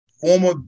former –